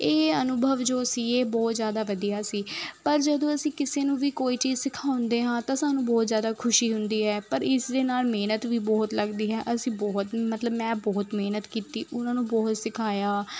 ਇਹ ਅਨੁਭਵ ਜੋ ਸੀ ਇਹ ਬਹੁਤ ਜ਼ਿਆਦਾ ਵਧੀਆ ਸੀ ਪਰ ਜਦੋਂ ਅਸੀਂ ਕਿਸੇ ਨੂੰ ਵੀ ਕੋਈ ਚੀਜ਼ ਸਿਖਾਉਂਦੇ ਹਾਂ ਤਾਂ ਸਾਨੂੰ ਬਹੁਤ ਜ਼ਿਆਦਾ ਖੁਸ਼ੀ ਹੁੰਦੀ ਹੈ ਪਰ ਇਸ ਦੇ ਨਾਲ ਮਿਹਨਤ ਵੀ ਬਹੁਤ ਲੱਗਦੀ ਹੈ ਅਸੀਂ ਬਹੁਤ ਮਤਲਬ ਮੈਂ ਬਹੁਤ ਮਿਹਨਤ ਕੀਤੀ ਉਹਨਾਂ ਨੂੰ ਬਹੁਤ ਸਿਖਾਇਆ